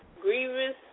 grievous